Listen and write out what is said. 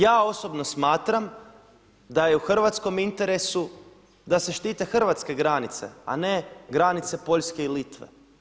Ja osobno smatram da je u hrvatskom interesu da se štite hrvatske granice a ne granice Poljske i Litve.